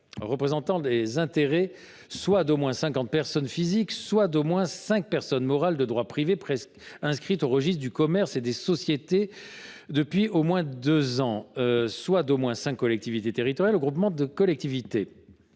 représentant des intérêts soit d’au moins cinquante personnes physiques, soit d’au moins cinq personnes morales de droit privé inscrites au registre du commerce et des sociétés depuis au moins deux ans, soit d’au moins cinq collectivités territoriales ou groupement de collectivités.